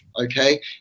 okay